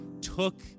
took